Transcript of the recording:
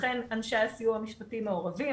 לכן אנשי הסיוע המשפטי מעורבים,